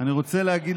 תתביישו